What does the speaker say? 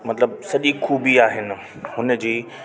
मतिलबु सॼी खूबी आहिनि हुनजी